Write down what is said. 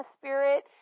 spirit